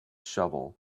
shovel